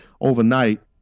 overnight